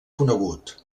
conegut